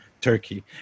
Turkey